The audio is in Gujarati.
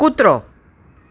કૂતરો